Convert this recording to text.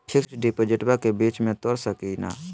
Fix डिपोजिटबा के बीच में तोड़ सकी ना?